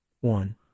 one